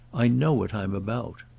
i know what i'm about.